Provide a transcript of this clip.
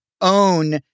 own